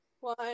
one